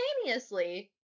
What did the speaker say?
simultaneously